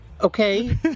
okay